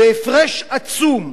בהפרש עצום.